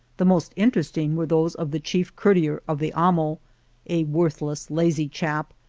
the most interesting were those of the chief courtier of the amo a worthless, lazy chap,